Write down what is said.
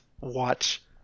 watch